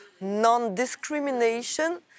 non-discrimination